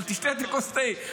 אבל תשתה את כוס התה,